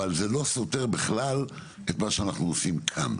אבל, זה לא סותר בכלל את מה שאנחנו עושים כאן.